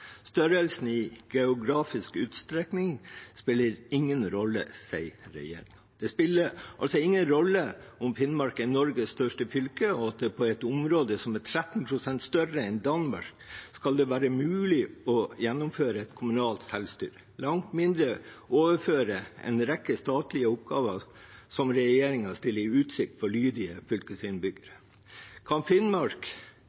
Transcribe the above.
Størrelsen i geografisk utstrekning spiller ingen rolle, sier regjeringen. Det spiller altså ingen rolle at Finnmark er Norges største fylke: På et område som er 13 pst. større enn Danmark, skal det ifølge regjeringen ikke være mulig å gjennomføre et kommunalt selvstyre, langt mindre overføre en rekke statlige oppgaver som regjeringen stiller i utsikt for lydige